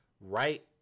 right